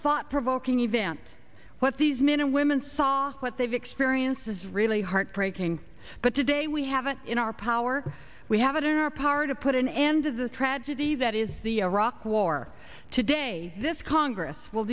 thought provoking event what these men and women saw what they've experienced is really heartbreaking but today we have it in our power we have it in our power to put an end to the tragedy that is the iraq war today this congress will